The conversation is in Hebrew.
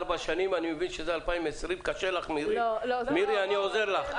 ארבע שנים אני מבין שזה 2020. אני עוזר לך,